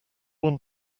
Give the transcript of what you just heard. want